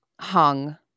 hung